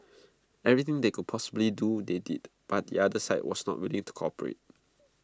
everything they could possibly do they did but the other side was not willing to cooperate